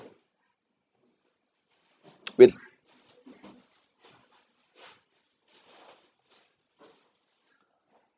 wait